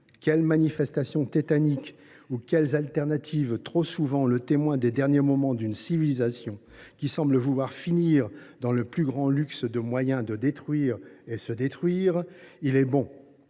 quelles manifestations tétaniques et quelles alternatives [sont] trop souvent le témoin des derniers moments d’une civilisation qui semble vouloir finir dans le plus grand luxe de moyens de détruire et se détruire, il est bon